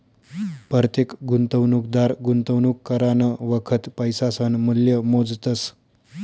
परतेक गुंतवणूकदार गुंतवणूक करानं वखत पैसासनं मूल्य मोजतस